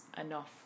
enough